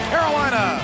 Carolina